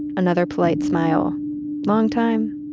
another polite smile long time.